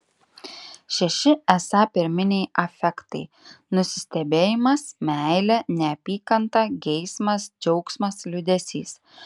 šeši esą pirminiai afektai nusistebėjimas meilė neapykanta geismas džiaugsmas liūdesys